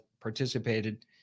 participated